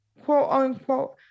quote-unquote